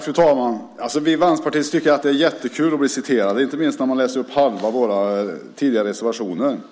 Fru talman! Vi vänsterpartister tycker att det är jättekul att bli citerade, inte minst när man läser upp halva de reservationer som vi tidigare haft.